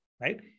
Right